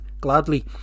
gladly